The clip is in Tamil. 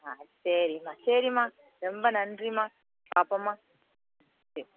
ஆ சரிம்மா சரிம்மா ரொம்ப நன்றிம்மா பார்ப்போம்மா சரி